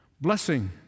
blessing